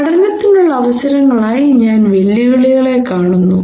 പഠനത്തിനുള്ള അവസരങ്ങളായി ഞാൻ വെല്ലുവിളികളെ കാണുന്നു